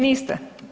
Niste.